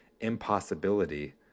impossibility